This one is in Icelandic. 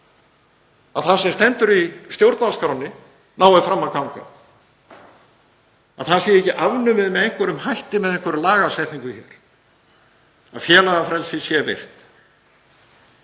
að það sem stendur í stjórnarskránni nái fram að ganga, að það sé ekki afnumið með einhverjum hætti með einhverri lagasetningu hér, að félagafrelsi sé virt.